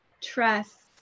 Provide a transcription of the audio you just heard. trust